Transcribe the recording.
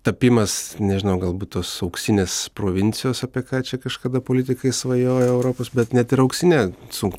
tapimas nežinau galbūt tos auksinės provincijos apie ką čia kažkada politikai svajojo europos bet net ir auksine sunku